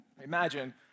imagine